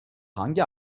hangi